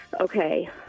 Okay